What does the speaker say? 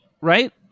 right